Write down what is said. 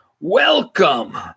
Welcome